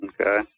Okay